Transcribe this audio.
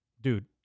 dude